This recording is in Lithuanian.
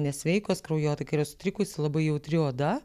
nesveikos kraujotaka sutrikusi labai jautri oda